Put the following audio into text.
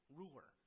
ruler